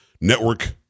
Network